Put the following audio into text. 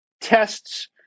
tests